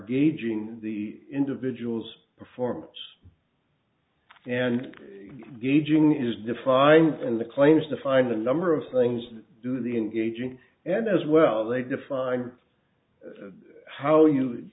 gauging the individual's performance and gauging is defined in the claims to find the number of things that do the engaging and as well they define how you